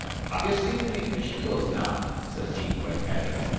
hev ye seen any fishin'-boats now sez he, quite casual.